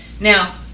Now